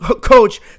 coach